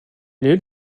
avait